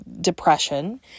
depression